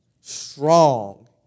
Strong